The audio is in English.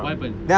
what happen